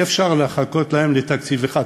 אי-אפשר לחכות להן לתקציב אחד.